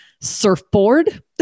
surfboard